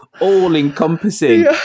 all-encompassing